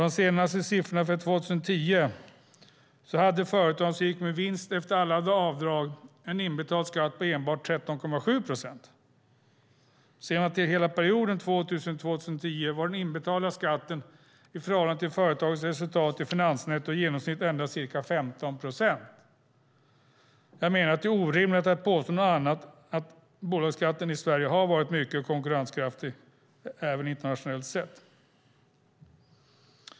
De senaste siffrorna är för 2010. Då hade företag som gick med vinst efter alla avdrag en inbetald skatt på enbart 13,7 procent. Ser man till perioden 2000-2010 var den inbetalda skatten i förhållande till företagens resultat efter finansnetto i genomsnitt endast ca 15 procent. Det är orimligt att påstå något annat än att bolagsskatten i Sverige har varit mycket konkurrenskraftig också internationellt sett.